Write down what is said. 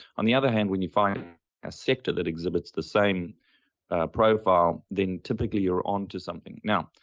on the other hand, when you find a sector that exhibits the same profile then typically you're onto something. now,